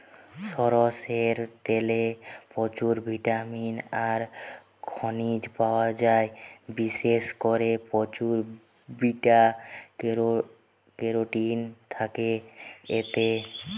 সরষের তেলে প্রচুর ভিটামিন আর খনিজ পায়া যায়, বিশেষ কোরে প্রচুর বিটা ক্যারোটিন থাকে এতে